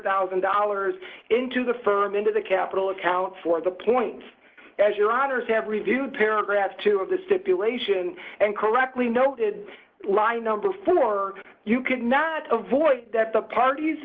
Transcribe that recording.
thousand dollars into the firm into the capital account for the points as your honour's have reviewed paragraph two of the stipulation and correctly noted line number four you could not avoid the parties